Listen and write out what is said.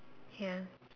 ya